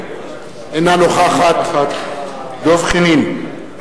אינה נוכחת דב חנין,